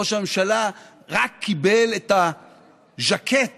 ראש הממשלה רק קיבל את הז'קט